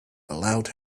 allowed